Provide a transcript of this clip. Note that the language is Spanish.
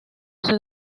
ese